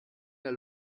der